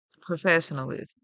professionalism